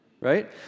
right